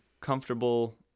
comfortable